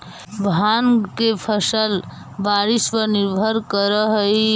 भाँग के फसल बारिश पर निर्भर करऽ हइ